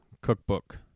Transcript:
cookbook